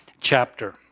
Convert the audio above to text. chapter